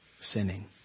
sinning